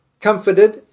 comforted